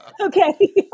Okay